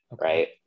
Right